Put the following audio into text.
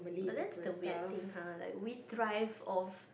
but that's the weird thing [huh] like we strive of